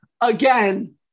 Again